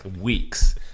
weeks